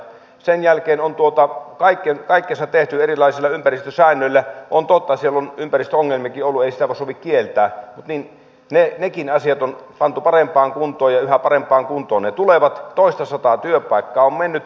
sen jälkeen on kaikkensa tehty erilaisilla ympäristösäännöillä on totta että siellä on ympäristöongelmiakin ollut ei sitä sovi kieltää mutta nekin asiat on pantu parempaan kuntoon ja yhä parempaan kuntoon ne tulevat ja toistasataa työpaikkaa on mennyt